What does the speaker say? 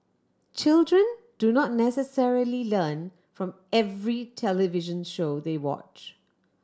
children do not necessarily learn from every television show they watch